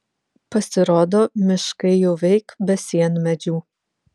pasirodo miškai jau veik be sienmedžių